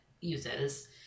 uses